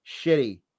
shitty